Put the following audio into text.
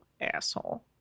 asshole